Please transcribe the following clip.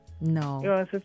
No